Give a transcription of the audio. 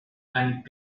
and